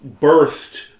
birthed